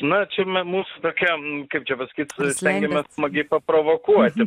na čia me mūsų tokia kaip čia pasakyt stengiamės smagiai paprovokuoti